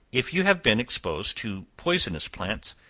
if you have been exposed to poisonous plants,